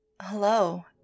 Hello